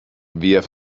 wir